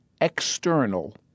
external